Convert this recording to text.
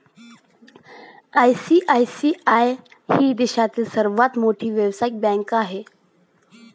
ICICI ही देशातील सर्वात मोठी व्यावसायिक बँक आहे